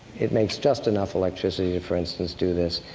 it makes just enough electricity to, for instance, do this,